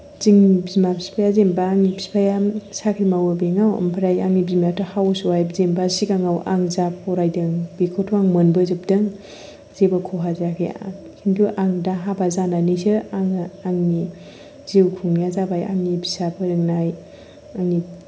जोंनि बिमा फिफाया जेनबा आंनि बिफाया साख्रि मावो बेंकाव ओमफ्राय आंनि बिमायाथ' हाउस वाइफ जेनबा सिगाङाव आं जा फरायदों बेखौथ' आं मोनबोजोबदों जेबो खहा जायाखै किन्तु आं दा हाबा जानानैसो आङो आंनि जिउ खुंनाया जाबाय आंनि फिसा फोरोंनाय आंनि